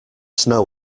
snow